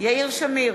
יאיר שמיר,